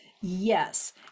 Yes